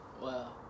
wow